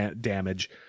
damage